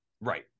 Right